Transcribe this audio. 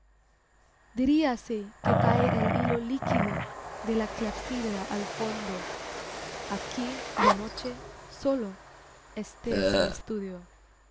diríase que cae el hilo líquido de la clepsidra al fondo aquí de noche sólo este es mi estudio